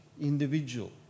individual